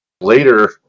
later